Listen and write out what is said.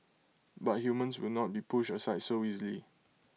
but humans will not be pushed aside so easily